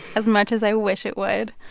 as much as i wish it would.